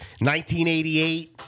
1988